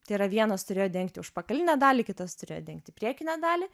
tai yra vienas turėjo dengti užpakalinę dalį kitas turėjo dengti priekinę dalį